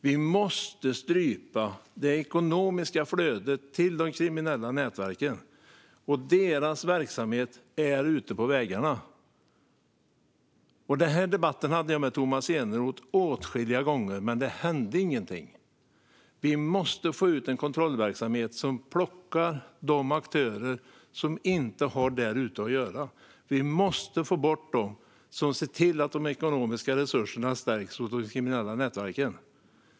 Vi måste strypa det ekonomiska flödet till de kriminella nätverken. Deras verksamhet är även ute på vägarna. Den här debatten hade jag med Tomas Eneroth åtskilliga gånger. Men det hände ingenting. Vi måste få en kontrollverksamhet som plockar de aktörer som inte har där ute att göra. Vi måste få bort dem som ser till att de kriminella nätverkens ekonomiska resurser stärks.